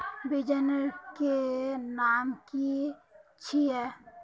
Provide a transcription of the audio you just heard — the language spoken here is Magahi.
बिचन के नाम की छिये?